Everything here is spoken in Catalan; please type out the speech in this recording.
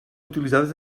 utilitzades